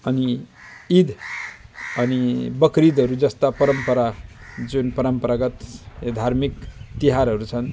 अनि इद बकरिदहरू जस्ता परम्परा जुन परम्परागत यो धार्मिक तिहारहरू छन्